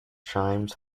chimes